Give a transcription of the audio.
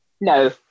No